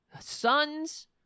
sons